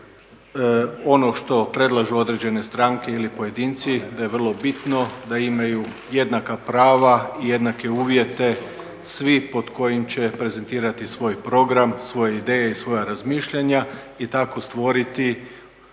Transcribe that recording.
ono što predlažu određene stranke ili pojedinci, da je vrlo bitno da imaju jednaka prava, jednake uvjete svi pod kojim će prezentirati svoj program, svoje ideje i svoja razmišljanja i tako stvoriti